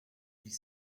mille